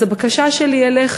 אז הבקשה שלי אליך,